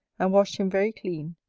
and washed him very clean,